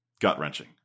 gut-wrenching